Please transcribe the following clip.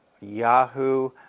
Yahoo